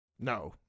No